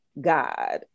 god